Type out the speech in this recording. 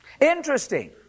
Interesting